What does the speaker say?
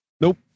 Nope